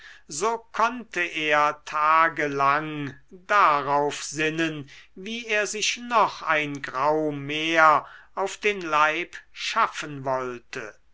so konnte er tagelang darauf sinnen wie er sich noch ein grau mehr auf den leib schaffen wollte